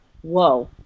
whoa